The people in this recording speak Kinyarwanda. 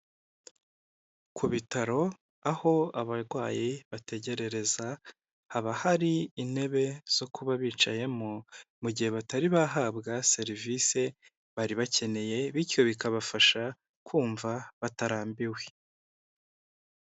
Ku bitaro, aho abarwayi bategererereza haba hari intebe zo kuba bicayemo, mu gihe batari bahabwa serivise bari bakeneye, bityo bikabafasha kumva batarambiwe.